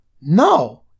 No